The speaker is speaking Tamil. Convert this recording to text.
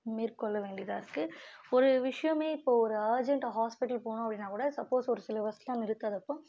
மேற்கொள்ள வேண்டியதாக இருக்குது ஒரு விஷயமே இப்போது ஒரு அர்ஜென்ட் ஹாஸ்பிடல் போகணும் அப்படின்னா கூட சப்போஸ் ஒரு சில பஸ்ஸெலாம் நிறுத்தாதப்போது